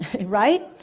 right